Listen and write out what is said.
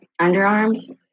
underarms